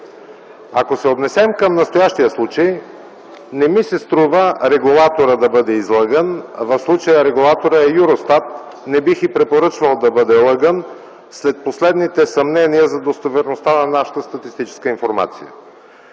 Ако се отнесем към настоящия случай, не ми се струва регулаторът да бъде излъган. В случая регулаторът е Юростат. Не бих и препоръчвал да бъде лъган след последните съмнения за достоверността на нашата статистическа информация.